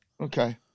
okay